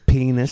Penis